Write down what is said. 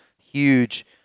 huge